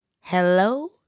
Hello